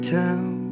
town